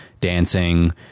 dancing